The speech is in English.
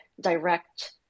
direct